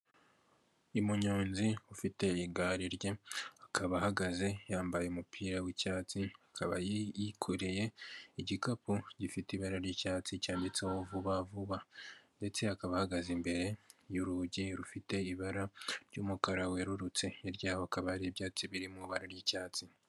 Umunyonzi ufite igare rye, akaba ahagaze yambaye umupira w'icyatsi, akaba yikoreye igikapu gifite ibara ry'icyatsi cyanditseho vuba vuba ndetse akaba ahagaze imbere y'urugi rufite ibara ry'umukara werurutse, hirya yaho hakaba hari ibyatsi biri mu ibara ry'icyatsi.